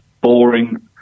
boring